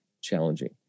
challenging